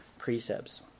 precepts